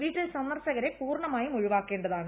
വീട്ടിൽ സന്ദർശകരെ പൂർണമായും ഒഴിവാക്കേണ്ടതാണ്